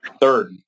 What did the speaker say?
Third